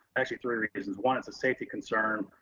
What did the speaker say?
actually three reasons. one, it's a safety concern,